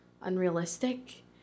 unrealistic